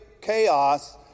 chaos